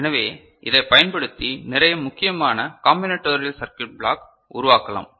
எனவே இதைப் பயன்படுத்தி நிறைய முக்கியமான கம்பினடோரியல் சர்க்யுட் பிளாக் உருவாக்கலாம்